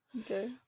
okay